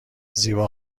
زیبا